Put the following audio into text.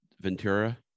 Ventura